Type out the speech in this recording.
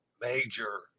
major